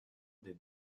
des